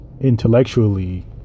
intellectually